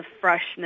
freshness